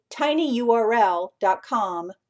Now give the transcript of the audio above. tinyurl.com